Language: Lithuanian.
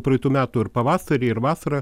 praeitų metų ir pavasarį ir vasarą